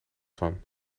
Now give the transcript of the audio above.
van